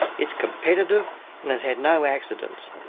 it is competitive and has had no accidents.